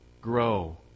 grow